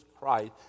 Christ